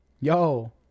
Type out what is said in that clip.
Yo